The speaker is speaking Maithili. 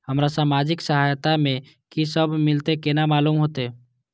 हमरा सामाजिक सहायता में की सब मिलते केना मालूम होते?